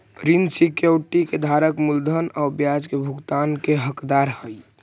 ऋण सिक्योरिटी के धारक मूलधन आउ ब्याज के भुगतान के हकदार हइ